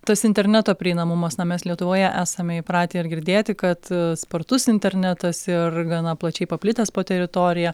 tas interneto prieinamumas na mes lietuvoje esame įpratę ir girdėti kad spartus internetas ir gana plačiai paplitęs po teritoriją